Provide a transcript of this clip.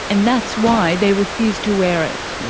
and that's why they refuse to wear it.